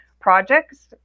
projects